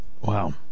wow